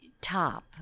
top